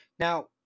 Now